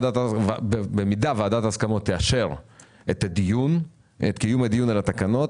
במידה וועדת ההסכמות תאשר את קיום הדיון על התקנות,